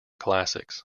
classics